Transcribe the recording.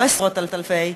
לא עשרות אלפים,